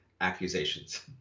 accusations